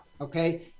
okay